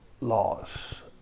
laws